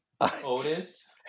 Otis